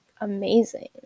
amazing